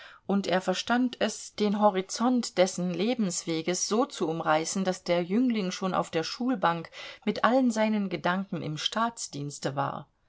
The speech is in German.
und er verstand es den horizont dessen lebensweges so zu umreißen daß der jüngling schon auf der schulbank mit allen seinen gedanken im staatsdienste war